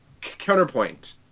Counterpoint